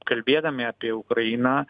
kalbėdami apie ukrainą